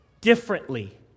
differently